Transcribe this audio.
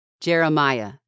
Jeremiah